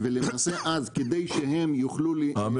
ולמעשה אז כדי שהם יוכלו להתמודד עם העסק עשו מדבקות.